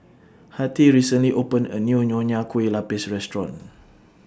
Hattie recently opened A New Nonya Kueh Lapis Restaurant